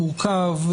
מורכב,